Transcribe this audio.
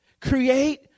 Create